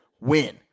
win